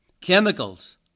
chemicals